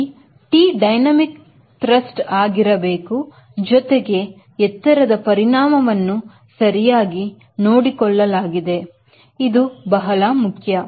ಇಲ್ಲಿ T ಡೈನಮ್ ಟ್ರಸ್ಟ್ ಆಗಿರಬೇಕು ಜೊತೆಗೆ ಎತ್ತರದ ಪರಿಣಾಮವನ್ನು ಸರಿಯಾಗಿ ನೋಡಿಕೊಳ್ಳಲಾಗಿದೆ ಇದು ಬಹಳ ಮುಖ್ಯ